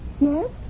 Yes